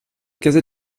casa